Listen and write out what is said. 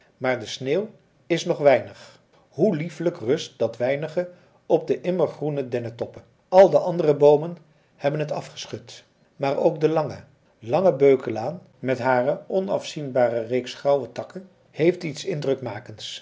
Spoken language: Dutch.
maar de sneeuw is nog weinig hoe liefelijk rust dat weinige op de immergroene dennetoppen al de andere boomen hebben het afgeschud maar ook de lange lange beukenlaan met hare onafzienbare reeks grauwe takken heeft iets indrukmakends